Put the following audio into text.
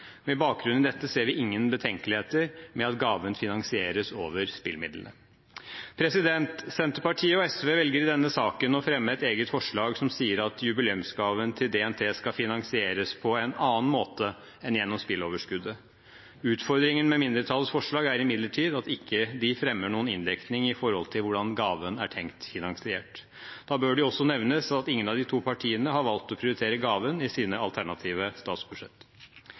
Med bakgrunn i dette ser vi ingen betenkeligheter med at gaven finansieres over spillemidlene. Senterpartiet og SV velger i denne saken å fremme et eget forslag som sier at jubileumsgaven til DNT skal finansieres på en annen måte enn gjennom spilleoverskuddet. Utfordringen med mindretallets forslag er imidlertid at de ikke fremmer noen inndekning – hvordan gaven er tenkt finansiert. Det bør også nevnes at ingen av de to partiene har valgt å prioritere gaven i sine alternative